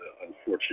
Unfortunately